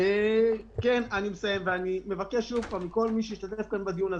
אני מבקש שוב מכל מי שהשתתף בדיון הזה,